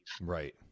right